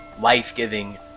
life-giving